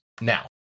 Now